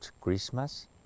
Christmas